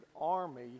army